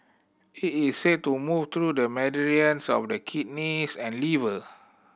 it is said to move through the meridians of the kidneys and liver